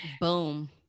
Boom